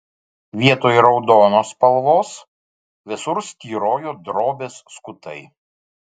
vietoj raudonos spalvos visur styrojo drobės skutai